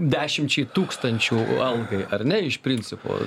dešimčiai tūkstančių algai ar ne iš principo